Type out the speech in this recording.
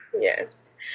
Yes